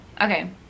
okay